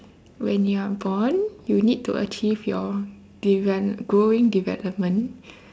when you are born you need to achieve your develop growing development